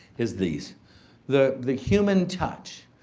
is these the the human touch.